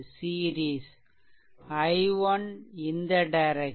i1 இந்த direction and i2 இந்த direction